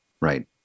Right